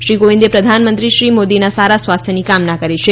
શ્રી કોવિંદે પ્રધાનમંત્રી શ્રી મોદીના સારા સ્વાસ્થ્યની કામના કરી છે